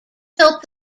built